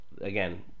again